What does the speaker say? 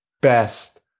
best